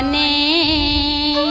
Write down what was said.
a a